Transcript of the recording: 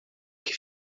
que